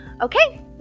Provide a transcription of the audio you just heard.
Okay